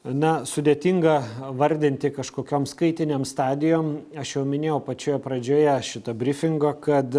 na sudėtinga vardinti kažkokiom skaitinėm stadijom aš jau minėjau pačioje pradžioje šito brifingo kad